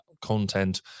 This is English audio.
content